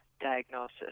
diagnosis